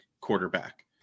quarterback